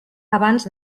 abans